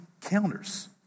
counters